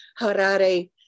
Harare